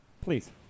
Please